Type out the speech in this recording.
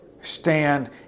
stand